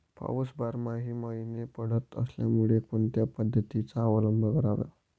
पाऊस बाराही महिने पडत असल्यामुळे कोणत्या पद्धतीचा अवलंब करावा?